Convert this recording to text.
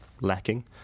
lacking